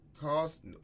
Cost